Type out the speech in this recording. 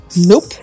Nope